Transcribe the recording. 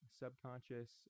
subconscious